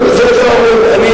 טוב, זה אתה אומר.